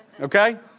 Okay